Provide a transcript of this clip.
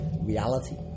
reality